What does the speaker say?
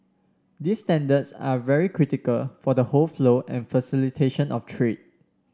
these standards are very critical for the whole flow and facilitation of trade